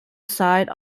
side